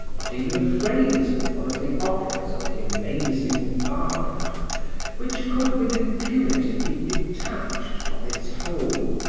not even a phrase of one of the operas of the amazing wagner which could with impunity be detached from its whole.